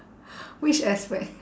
which aspect